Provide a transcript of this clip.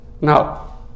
Now